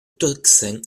tocsin